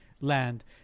land